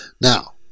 Now